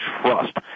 trust